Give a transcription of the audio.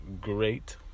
great